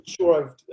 sure